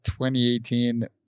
2018